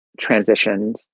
transitioned